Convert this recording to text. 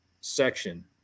section